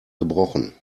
gebrochen